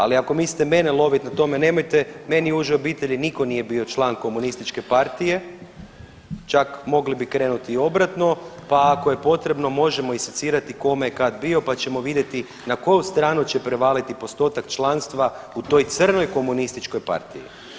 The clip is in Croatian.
Ali ako mislite mene lovit na tome, nemojte meni i užoj obitelji nitko nije bio član Komunističke partije, čak mogli bi krenuti i obratno, pa ako je potrebno možemo i secirati kome je kad bio pa ćemo vidjeti na koju stranu će prevaliti postotak članstva u toj crnoj Komunističkoj partiji.